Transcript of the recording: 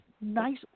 nice